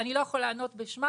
אני לא יכול לענות בשמם,